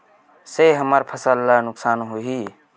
से हमर फसल ला नुकसान होही?